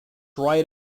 right